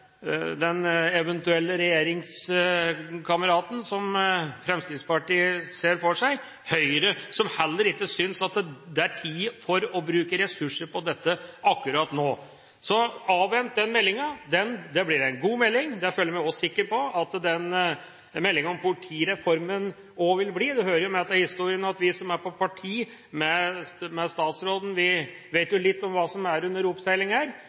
eventuelle regjeringskameraten som Fremskrittspartiet ser for seg, Høyre – som heller ikke synes at det er tid for å bruke ressurser på dette akkurat nå. Avvent den meldinga – det blir en god melding. Det føler jeg meg sikker på at meldinga om politireformen òg vil bli. Det hører jo med til historien at vi som er på parti med statsråden, vet litt om hva som er under